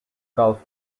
golf